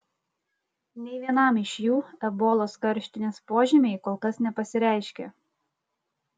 nei vienam iš jų ebolos karštinės požymiai kol kas nepasireiškė